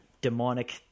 demonic